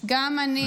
גם אני